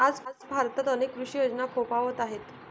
आज भारतात अनेक कृषी योजना फोफावत आहेत